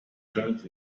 shirt